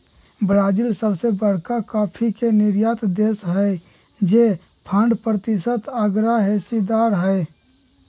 Brazil सबसे बरका coffee के निर्यातक देश हई जे पंडह प्रतिशत असगरेहिस्सेदार हई